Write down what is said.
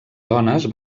dones